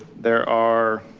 there are